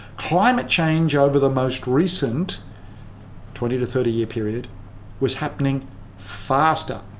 climate change over the most recent twenty to thirty year period was happening faster,